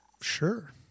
Sure